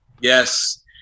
yes